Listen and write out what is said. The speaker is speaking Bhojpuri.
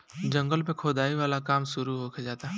जंगल में खोदाई वाला काम शुरू होखे जाता